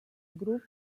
grup